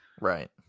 Right